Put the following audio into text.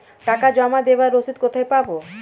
টাকা জমা দেবার রসিদ কোথায় পাব?